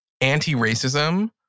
anti-racism